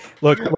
look